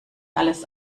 alles